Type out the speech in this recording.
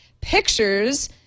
pictures